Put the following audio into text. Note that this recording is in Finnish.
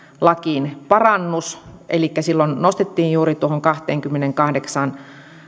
lakiin parannus elikkä silloin nostettiin juuri tuohon kahteenkymmeneenkahdeksaan